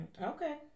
Okay